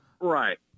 Right